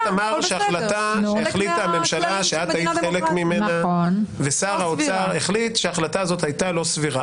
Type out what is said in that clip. יש עקרונות שאתה כממשלה צריך לעמוד בהם.